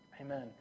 Amen